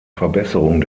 verbesserung